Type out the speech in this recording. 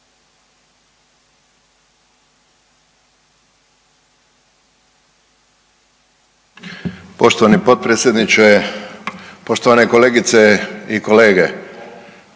poštovani potpredsjedniče, poštovana kolegice. Naveli